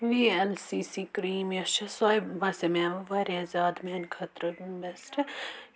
V L C C cream یۄس چھےٚ سۄے باسے مےٚ واریاہ زیادٕ میانہِ خٲطرٕ بیسٹہٕ